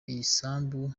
isambu